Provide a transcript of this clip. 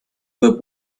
fue